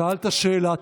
שאלת שאלה,